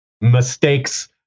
mistakes